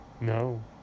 No